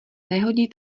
nehodí